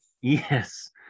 Yes